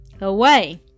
away